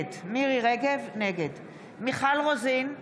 נגד מיכל רוזין,